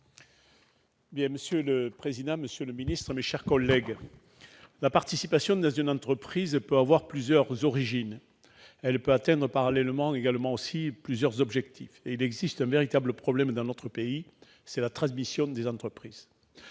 Monsieur le président, monsieur le secrétaire d'État, mes chers collègues, la participation dans une entreprise peut avoir plusieurs origines. Elle peut parallèlement atteindre plusieurs objectifs. Il existe un véritable problème dans notre pays : la transmission des entreprises.